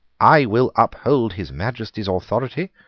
i will uphold his majesty's authority,